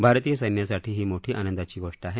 भारतीय सैन्यासाठी ही मोठी आनंदाची गोष्ट आहे